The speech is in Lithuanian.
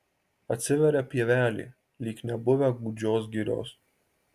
atsiveria pievelė lyg nebuvę gūdžios girios